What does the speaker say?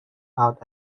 out